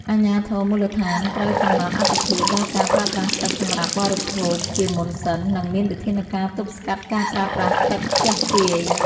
អាជ្ញាធរមូលដ្ឋានត្រូវកំណត់អាទិភាពដល់ការប្រើប្រាស់ទឹកសម្រាប់បរិភោគជាមុនសិន និងមានវិធានការទប់ស្កាត់ការប្រើប្រាស់ទឹកខ្ជះខ្ជាយ។